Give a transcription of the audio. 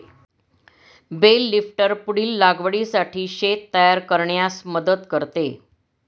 bell lifter पुढील लागवडीसाठी शेत तयार करण्यास मदत करते